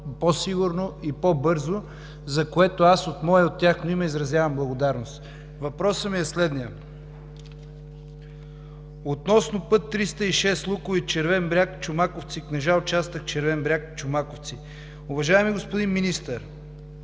по-сигурно и по-бързо, за което аз от мое и от тяхно име изразявам благодарност. Въпросът ми е относно път III-306 Луковит – Червен бряг – Чомаковци – Книжа, участък „Червен бряг – Чомаковци“. Уважаеми господин Министър,